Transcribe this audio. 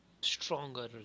stronger